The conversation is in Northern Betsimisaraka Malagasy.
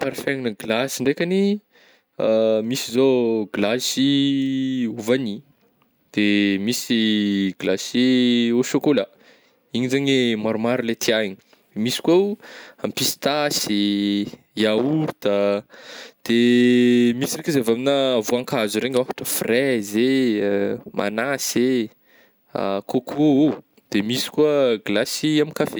Parfum ana glasy ndraikagny misy zao glasy ô vanihy, de misy glasy ô sôkola igny zany maromaro le tià igny misy kô ao am-pisitasy, yaourta, de misy ndraiky izy avy aminà voankazo regny ôhatra fraise eh, magnasy eh, coco ô, de misy koa glasy amin'ny kafe.